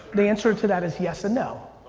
the answer to that is yes and no,